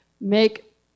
make